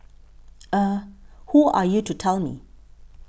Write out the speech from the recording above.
eh who are you to tell me